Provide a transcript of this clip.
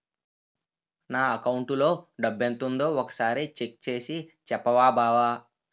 నా అకౌంటులో డబ్బెంతుందో ఒక సారి చెక్ చేసి చెప్పవా బావా